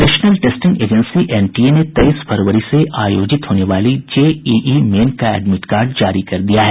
national testing agency NTA ने तेईस फरवरी से आयोजित होने वाली जेईई मेन का एडमिड कार्ड जारी कर दिया है